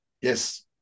Yes